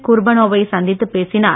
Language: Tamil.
குர்பனோவை சந்தித்து பேசினார்